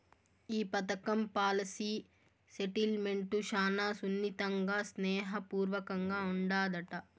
ఈ పదకం policy settlement శానా సున్నితంగా, స్నేహ పూర్వకంగా ఉండాదట